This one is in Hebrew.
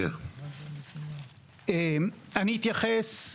אני אתייחס.